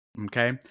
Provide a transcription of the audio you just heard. Okay